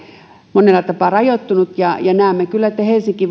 monella tapaa rajoittunut ja ja näemme kyllä että helsinki